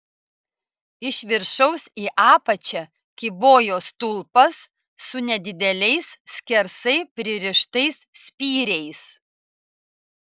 iš viršaus į apačią kybojo stulpas su nedideliais skersai pririštais spyriais